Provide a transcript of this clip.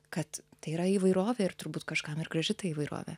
kad tai yra įvairovė ir turbūt kažkam ir graži ta įvairovė